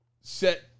set